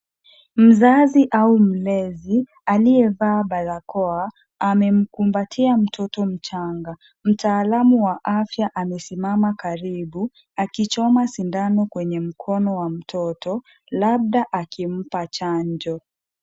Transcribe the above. Mzazi au mlezi aliyevaa barakoa amemkumbatia mtoto mchanga. Mtaalamu wa afya amesimama karibu akichoma sindano kwenye mkono wa mtoto, labda akimpa chanjo.